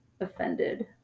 offended